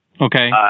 Okay